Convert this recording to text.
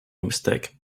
mistake